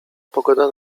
pogoda